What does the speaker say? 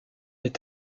est